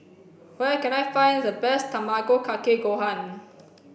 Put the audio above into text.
where can I find the best Tamago Kake Gohan